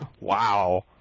Wow